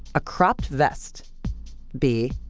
a cropped vest b.